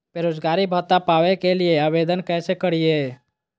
बेरोजगारी भत्ता पावे के लिए आवेदन कैसे करियय?